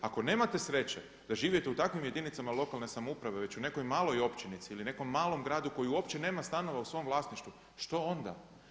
Ako nemate sreće da živite u takvim jedinicama lokalne samouprave već u nekoj maloj općinici ili nekom malom gradu koji uopće nema stanova u svom vlasništvu što onda?